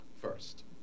first